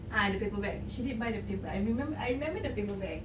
ah the paper bag she did buy the paper bag I remem~ I remember the paper bag